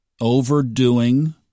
overdoing